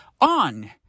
on